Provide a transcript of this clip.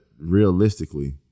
realistically